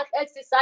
exercise